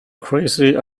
crazy